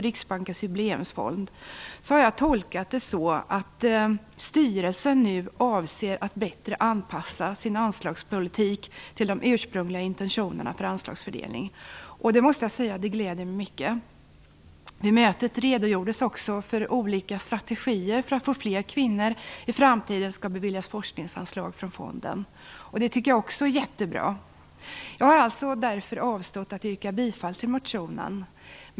Riksbankens Jubileumsfond har jag tolkat det så, att styrelsen nu avser att bättre anpassa sin anslagspolitik till de ursprungliga intentionerna för anslagsfördelning. Det gläder mig mycket. Vid mötet redogjordes det också för olika strategier för att fler kvinnor i framtiden skall beviljas forskningsanslag ur fonden. Det tycker jag också är jättebra. Jag har därför avstått från att yrka bifall till motionen.